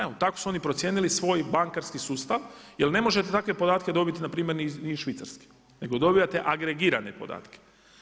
Evo tako su oni procijenili svoj bankarski sustav, jer ne možete takve podatke dobiti na primjer ni iz Švicarske, nego dobivate agregirane podatke.